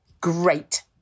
great